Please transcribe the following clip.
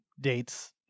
dates